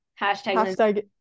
hashtag